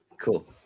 Cool